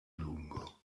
lungo